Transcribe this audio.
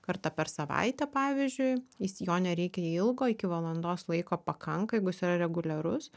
kartą per savaitę pavyzdžiui jis jo nereikia ilgo iki valandos laiko pakanka jeigu jis yra reguliarus